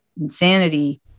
insanity